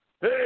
Hey